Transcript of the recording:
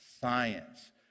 science